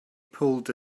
pulled